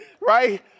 Right